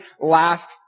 last